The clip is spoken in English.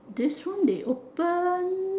this one they open